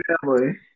family